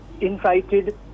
invited